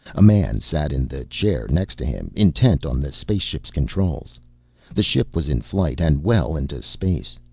a man sat in the chair next to him, intent on the spaceship's controls the ship was in flight and well into space.